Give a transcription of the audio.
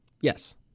Yes